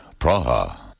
Praha